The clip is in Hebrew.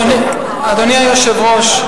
אדוני היושב-ראש,